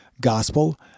gospel